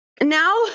now